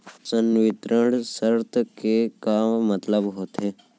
संवितरण शर्त के का मतलब होथे?